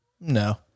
no